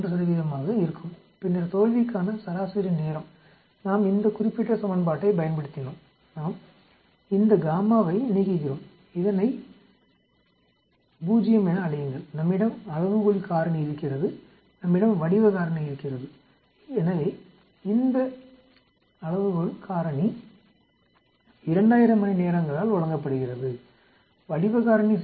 3 ஆக இருக்கும் பின்னர் தோல்விக்கான சராசரி நேரம் நாம் இந்த குறிப்பிட்ட சமன்பாட்டைப் பயன்படுத்தினோம் நாம் இந்த ஐ நீக்குகிறோம் இதனை 0 என அழையுங்கள் நம்மிடம் அளவுகோள் காரணி இருக்கிறது நம்மிடம் வடிவ காரணி இருக்கிறது ஈனவே இந்த அளவுகோள் காரணி 2000 மணிநேரங்களால் வழங்கப்படுகிறது வடிவ காரணி 0